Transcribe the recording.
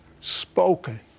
spoken